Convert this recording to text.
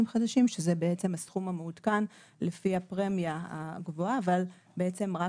חדשים שזה בעצם הסכום המעודכן לפי הפרמיה הגבוהה ובעצם רק